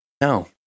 No